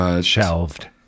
shelved